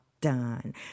done